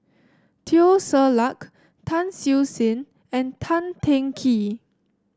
Teo Ser Luck Tan Siew Sin and Tan Teng Kee